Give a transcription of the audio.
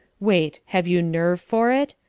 wait! have you nerve for it?